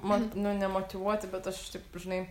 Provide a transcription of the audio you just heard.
mat nu nemotyvuoti bet aš taip žinai